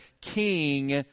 king